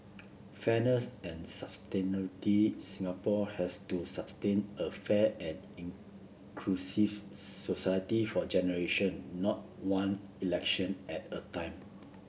fairness and Singapore has to sustain a fair and inclusive society for generation not one election at a time